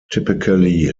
typically